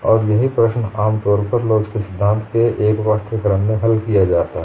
और यही प्रश्न आमतौर पर लोच के सिद्धांत के एक पाठ्यक्रम में हल किया जाता है